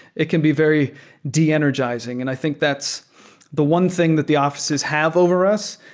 it can be very de-energizing, and i think that's the one thing that the offi ces have over us,